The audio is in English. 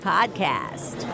Podcast